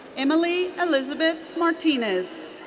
emily elizabeth martinez.